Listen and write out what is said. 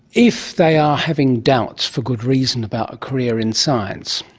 if they are having doubts for good reason about a career in science,